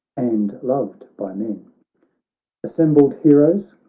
and loved by men assembled heroes,